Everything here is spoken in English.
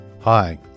hi